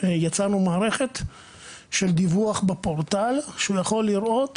יצרנו מערכת של דיווח בפורטל שהוא יכול לראות